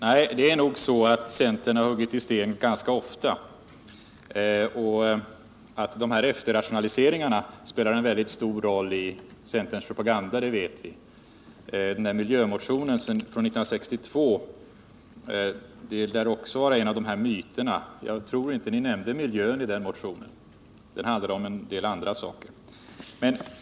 Nej, det är nog så att centern har huggit i sten ganska ofta. Att efterrationaliseringar spelar en väldigt stor roll i centerns propaganda vet vi. Miljömotionen från 1962 lär också vara en av dessa myter. Jag tror inte att ni nämnde miljön i den motionen. Den handlade om en del andra saker.